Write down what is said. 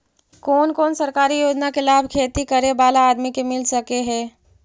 कोन कोन सरकारी योजना के लाभ खेती करे बाला आदमी के मिल सके हे?